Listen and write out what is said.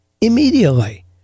immediately